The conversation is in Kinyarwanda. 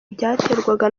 byaterwaga